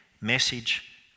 message